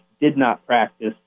did-not-practice